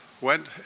went